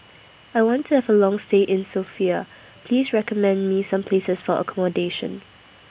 I want to Have A Long stay in Sofia Please recommend Me Some Places For accommodation